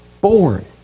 born